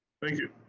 thank you.